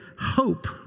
hope